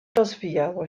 rozwijało